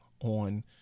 on